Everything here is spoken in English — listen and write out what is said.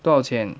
多少钱